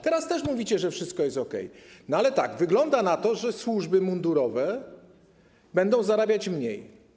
Teraz też mówicie, że wszystko jest ok. Wygląda na to, że służby mundurowe będą zarabiać mniej.